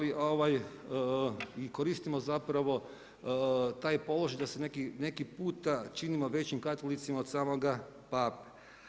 I koristimo zapravo taj položaj da se neki puta činimo većim Katolicima od samoga Pape.